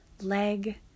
leg